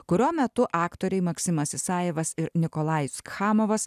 kurio metu aktoriai maksimas isajevas ir nikolajus kchamovas